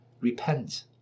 Repent